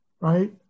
right